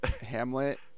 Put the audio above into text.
Hamlet